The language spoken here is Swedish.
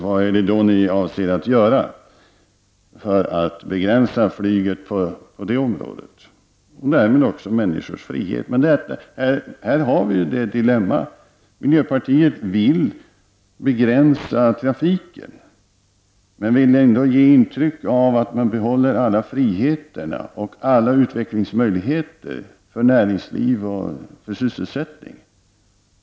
Vad avser ni alltså att göra för att begränsa flyget i det sammanhanget och därmed också människors frihet? Detta är ett dilemma. Ni i miljöpartiet vill alltså begränsa trafiken. Ändå vill ni ge ett intryck av att alla friheter och alla utvecklingsmöjligheter för näringsliv och sysselsättning behålls.